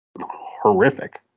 horrific